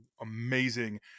amazing